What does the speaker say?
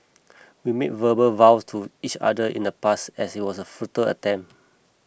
we made verbal vows to each other in the past as it was a futile attempt